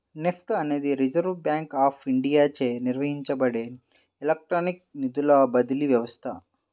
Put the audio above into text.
NEFT అనేది reserve bank of ఇండియాచే నిర్వహించబడే ఎలక్ట్రానిక్ నిధుల బదిలీ వ్యవస్థ